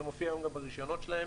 זה מופיע גם ברישיונות שלהם.